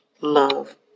love